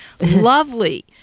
lovely